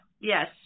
Yes